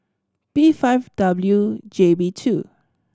P five W J B two